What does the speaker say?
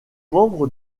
membre